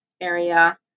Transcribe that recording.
area